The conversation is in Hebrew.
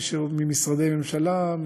ממשרדי ממשלה,